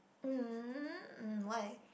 mm um why